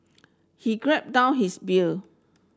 he grip down his beer